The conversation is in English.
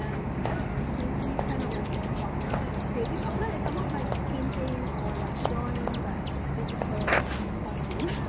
and that gives me kind of like an alternate creative outlet. it's almost like painting or like drawing but digital. and on a game.